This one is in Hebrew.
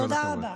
תודה רבה.